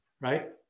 right